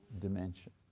dimension